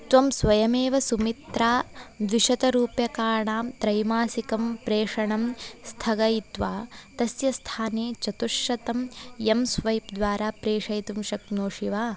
त्वं स्वयमेव सुमित्रा द्विशतरूप्यकाणां त्रैमासिकम् प्रेषणं स्थगयित्वा तस्य स्थाने चतुश्शतम् एम् स्वैप् द्वारा प्रेषयितुं शक्नोषि वा